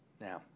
Now